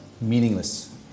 meaningless